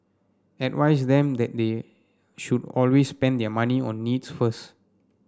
advise them that they should always spend their money on needs first